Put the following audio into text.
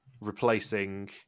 replacing